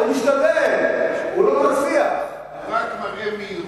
רק מראה מהירות.